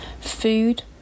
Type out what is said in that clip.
food